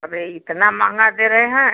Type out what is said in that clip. अरे इतना महँगा दे रहे हैं